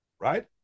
right